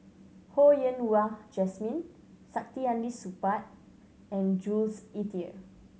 Ho Yen Wah Jesmine Saktiandi Supaat and Jules Itier